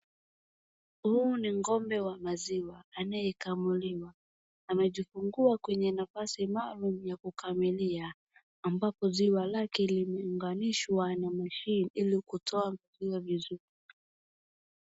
Huu ni ng'ombe wa maziwa anayekamuliwa. Amejifungua kwenye nafasi maalum ya kukamulia ambapo ziwa lake limeuganishwa na machine ili kutoa ziwa vizuri.